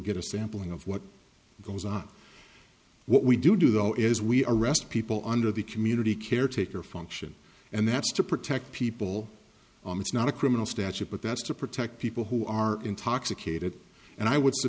get a sampling of what goes on what we do though is we arrest people under the community caretaker function and that's to protect people it's not a criminal statute but that's to protect people who are intoxicated and i w